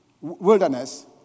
wilderness